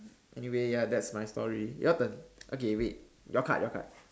anyway ya that's my story your turn okay wait your card your card